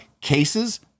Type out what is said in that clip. cases